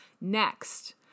Next